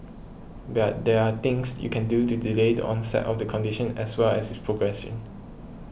but there are things you can do to delay the onset of the condition as well as its progression